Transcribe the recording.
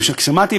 כששמעתי,